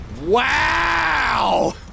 Wow